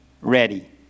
ready